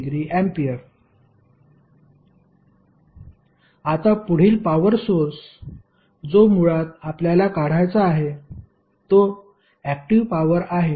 12◦ A आता पुढील power source जो मुळात आपल्याला काढायचा आहे तो ऍक्टिव्ह पॉवर आहे